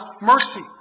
mercy